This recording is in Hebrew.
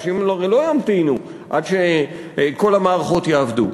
אנשים הרי לא ימתינו עד שכל המערכות יעבדו.